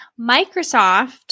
Microsoft